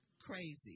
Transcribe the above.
crazy